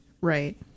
right